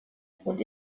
und